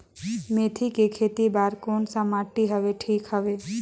मेथी के खेती बार कोन सा माटी हवे ठीक हवे?